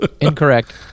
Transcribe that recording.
incorrect